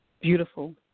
beautiful